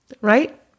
right